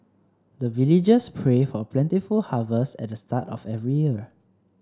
the villagers pray for plentiful harvest at the start of every year